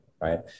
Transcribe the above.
right